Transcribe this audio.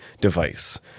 device